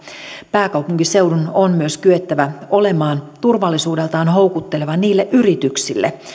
pääkaupunkiseudun on myös kyettävä olemaan turvallisuudeltaan houkutteleva niille yrityksille